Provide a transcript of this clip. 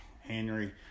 Henry